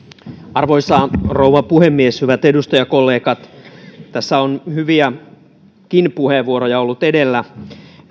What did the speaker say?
arvoisa rouva puhemies hyvät edustajakollegat tässä on hyviäkin puheenvuoroja ollut edellä